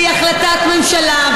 והיא החלטת ממשלה,